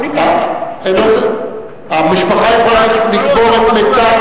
אומרים להם, המשפחה יכולה לקבור את מתה,